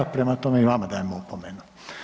Prema tome i vama dajem opomenu.